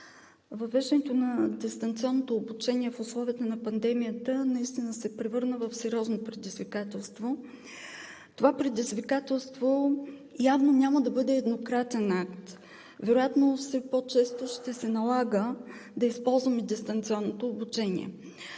въвеждането на дистанционното обучение в условията на пандемията наистина се обърна в сериозно предизвикателство. Това предизвикателство явно няма да бъде еднократен акт. Вероятно все по-често ще се налага да спазваме дистанционното обучение.